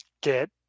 get